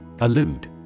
Allude